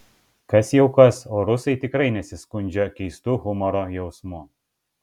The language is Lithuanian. kas jau kas o rusai tikrai nesiskundžia keistu humoro jausmu